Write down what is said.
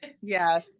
Yes